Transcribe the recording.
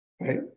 Right